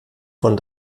von